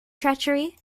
treachery